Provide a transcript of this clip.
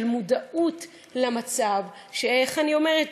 של מודעות למצב, ואיך אני אומרת?